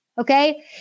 Okay